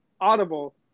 Audible